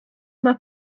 mae